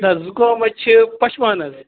نَہ زُکام ہَے چھِ پَشپان حظ